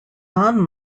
non